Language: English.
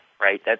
right